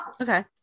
okay